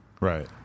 Right